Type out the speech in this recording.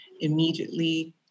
immediately